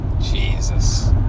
Jesus